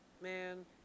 Man